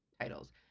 titles